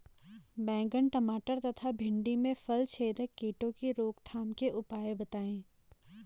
बैंगन टमाटर तथा भिन्डी में फलछेदक कीटों की रोकथाम के उपाय बताइए?